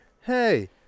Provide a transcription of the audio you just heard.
Hey